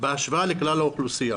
בהשוואה לכלל האוכלוסייה.